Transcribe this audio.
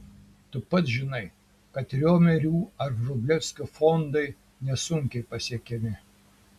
tu pats žinai kad riomerių ar vrublevskių fondai nesunkiai pasiekiami